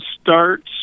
starts